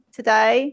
today